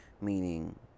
meaning